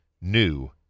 New